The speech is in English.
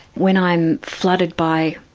when i'm flooded by